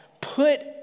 Put